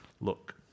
look